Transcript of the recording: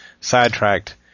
sidetracked